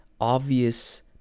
obvious